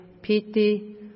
pity